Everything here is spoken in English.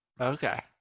Okay